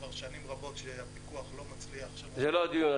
כבר שנים רבות הפיקוח לא מצליח -- זה לא הדיון,